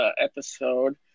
episode